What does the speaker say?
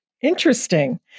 Interesting